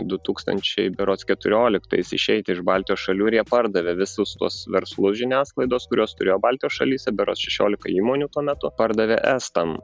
du tūkstančiai berods keturioliktais išeiti iš baltijos šalių ir jie pardavė visus tuos verslus žiniasklaidos kuriuos turėjo baltijos šalyse berods šešiolika įmonių tuo metu pardavė estam